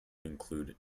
include